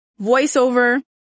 voiceover